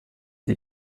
die